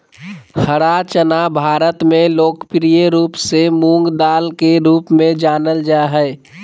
हरा चना भारत में लोकप्रिय रूप से मूंगदाल के रूप में जानल जा हइ